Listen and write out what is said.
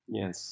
Yes